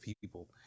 People